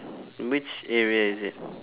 which area is it